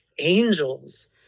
Angels